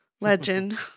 legend